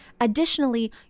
additionally